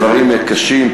דברים קשים,